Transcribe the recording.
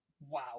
wow